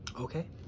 Okay